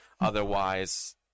Otherwise